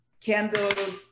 candle